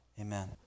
amen